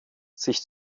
sich